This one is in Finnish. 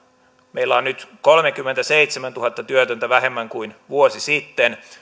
meillä on nyt kolmekymmentäseitsemäntuhatta työtöntä vähemmän kuin vuosi sitten